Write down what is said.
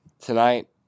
Tonight